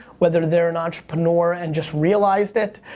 whether they're an entrepreneur and just realized it,